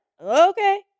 okay